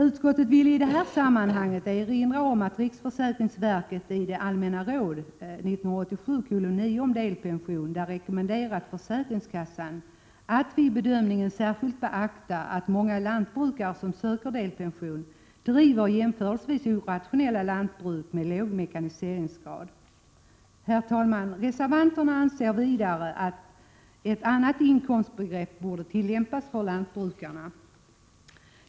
Utskottet vill i detta sammanhang emellertid erinra om att riksförsäkringsverket i ”Allmänna råd 1987:9 om delpension” har rekommenderat försäkringskassan att vid bedömningen särskilt beakta att många lantbrukare som söker delpension driver jämförelsevis orationella lantbruk med låg mekaniseringsgrad. Herr talman! Reservanterna anser vidare att ett annat inkomstbegrepp borde tillämpas för lantbrukare.